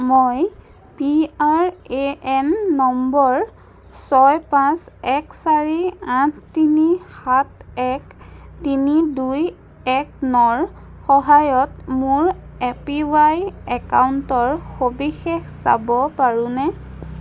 মই P R A N number ছয় পাঁচ এক চাৰি আঠ তিনি সাত এক তিনি দুই এক নৰ সহায়ত মোৰ এ পি ৱাই একাউণ্টৰ সবিশেষ চাব পাৰোঁনে